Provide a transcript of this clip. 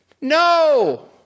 no